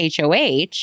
HOH